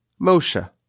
Moshe